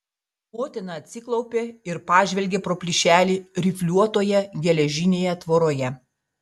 motina atsiklaupė ir pažvelgė pro plyšelį rifliuotoje geležinėje tvoroje